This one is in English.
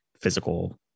physical